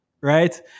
Right